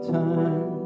time